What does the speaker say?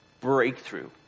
Breakthrough